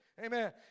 amen